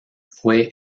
fue